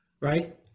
right